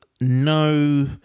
no